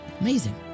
Amazing